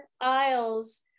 aisles